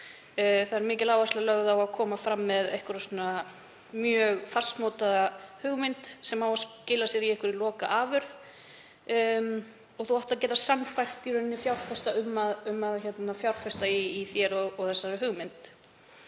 Það er mikil áhersla lögð á að koma fram með mjög fastmótaða hugmynd sem á að skila sér í lokaafurð og þú átt að geta sannfært fjárfesta um að fjárfesta í þér og þessari hugmynd.